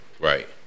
Right